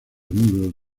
muros